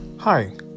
hi